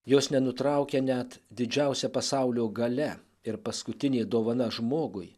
jos nenutraukia net didžiausia pasaulio galia ir paskutinė dovana žmogui